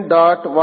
114